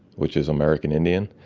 which is american indian,